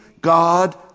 God